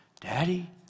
Daddy